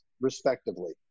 respectively